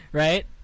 right